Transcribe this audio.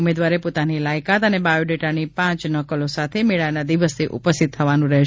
ઉમેદવારે પોતાની લાયકાત અને બાયોડેટાની પાંચ નકલો સાથે મેળાના દિવસે ઉપસ્થિત થવાનું રહેશે